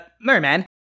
Merman